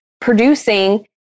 producing